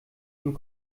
und